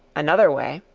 another way.